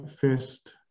first